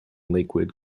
lakewood